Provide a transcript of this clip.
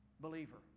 believer